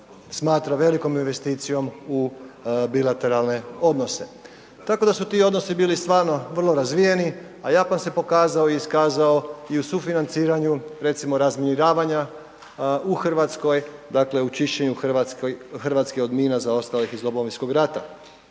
smatra velikom investicijom u bilateralne odnose. Tako da su ti odnosi bili stvarno vrlo razvijeni a Japan se pokazao i iskazao i u sufinanciranju recimo razminiravanja u Hrvatskoj, dakle u čišćenju Hrvatske od mina zaostalih iz Domovinskog rata.